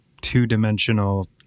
two-dimensional